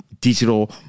digital